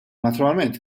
naturalment